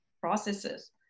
processes